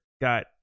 got